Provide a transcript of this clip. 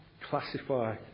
classify